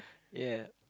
ya